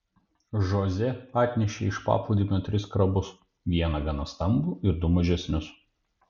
žoze atnešė iš paplūdimio tris krabus vieną gana stambų ir du mažesnius